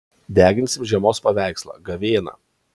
deginsim žiemos paveikslą gavėną